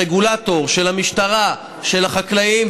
הרגולטור, של המשטרה, של החקלאים.